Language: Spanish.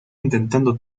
intentando